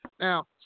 Now